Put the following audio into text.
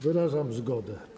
Wyrażam zgodę.